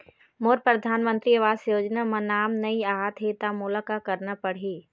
मोर परधानमंतरी आवास योजना म नाम नई आत हे त मोला का करना पड़ही?